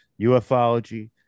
ufology